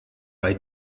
bei